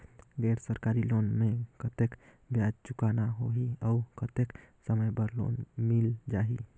गैर सरकारी लोन मे कतेक ब्याज चुकाना होही और कतेक समय बर लोन मिल जाहि?